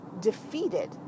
defeated